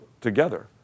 together